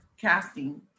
casting